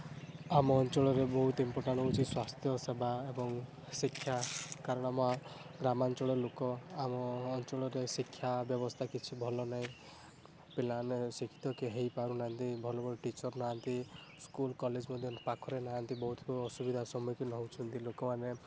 ଆମ ଅଞ୍ଚଳରେ ବହୁତ ଇମ୍ପୋର୍ଟଟାଣ୍ଟ୍ ହେଉଛି ସ୍ଵାସ୍ଥ୍ୟ ସେବା ଏବଂ ଶିକ୍ଷା କାରଣ ଆମ ଗ୍ରାମାଞ୍ଚଳ ଲୋକ ଆମ ଅଞ୍ଚଳରେ ଶିକ୍ଷା ବ୍ୟବସ୍ଥା କିଛି ଭଲ ନାହିଁ ପିଲା ମାନେ ଶିକ୍ଷିତ କେ ହେଇପାରୁନାହାନ୍ତି ଭଲ ଭଲ ଟିଚର୍ ନାହାନ୍ତି ସ୍କୁଲ କଲେଜ୍ ମଧ୍ୟ ପାଖରେ ନାହାନ୍ତି ବହୁତ ଅସୁବିଧା ସମ୍ମୁଖିନ ହେଉଛନ୍ତି ଲୋକମାନେ